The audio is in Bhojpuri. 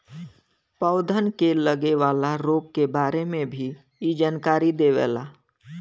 पौधन के लगे वाला रोग के बारे में भी इ जानकारी देवला